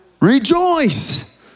Rejoice